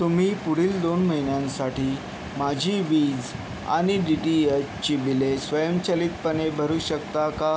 तुम्ही पुढील दोन महिन्यांसाठी माझी वीज आणि डी टी एचची बिले स्वयंचलितपणे भरू शकता का